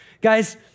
Guys